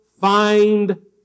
find